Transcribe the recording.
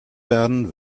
werden